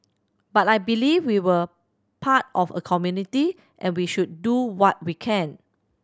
but I believe we are part of a community and we should do what we can